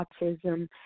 Autism